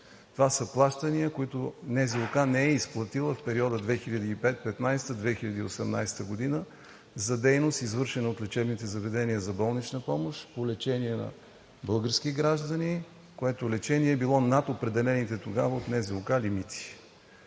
Това са плащания, които НЗОК не е изплатила в периода 2015 – 2018 г. за дейност, извършена от лечебните заведения за болнична помощ по лечение на български граждани, което лечение е било над определените тогава от НЗОК лимити.